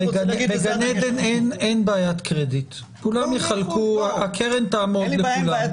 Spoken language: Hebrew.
אין בעיית קרדיט, הקרן תעמוד לכולם.